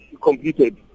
completed